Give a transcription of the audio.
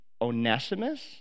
Onesimus